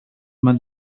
man